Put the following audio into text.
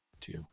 two